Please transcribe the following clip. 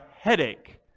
headache